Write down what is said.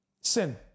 sin